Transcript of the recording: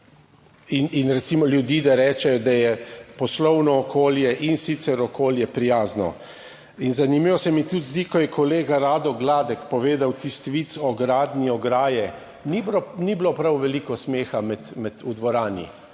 in recimo ljudi, da rečejo, da je poslovno okolje in sicer okolje prijazno. In zanimivo se mi tudi zdi, ko je kolega Rado Gladek povedal tisti vic o gradnji ograje, ni bilo prav veliko smeha v dvorani.